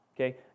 Okay